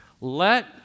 let